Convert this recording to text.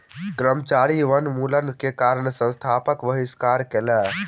कर्मचारी वनोन्मूलन के कारण संस्थानक बहिष्कार कयलक